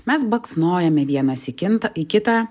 mes baksnojame vienas į kintą į kitą